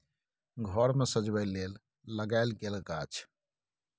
घर मे सजबै लेल लगाएल गेल गाछ